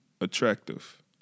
attractive